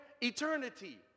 eternity